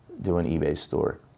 do an ebay store,